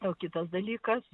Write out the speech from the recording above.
o kitas dalykas